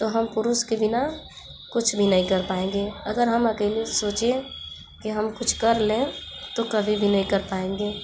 तो हम पुरुष के बिना कुछ भी नहीं कर पाएँगे अगर हम अकेले सोचिए कि हम कुछ कर लें तो कभी भी नहीं कर पाएँगे